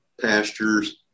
pastures